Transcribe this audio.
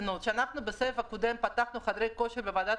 כשאנחנו בסבב הקודם פתחנו את חדרי הכושר בוועדת